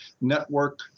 network